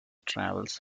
travels